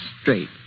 straight